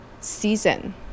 season